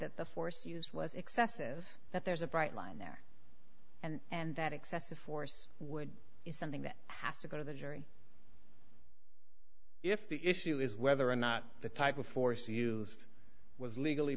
that the force used was excessive that there's a bright line there and that excessive force would be something that has to go to the jury if the issue is whether or not the type of force use was legally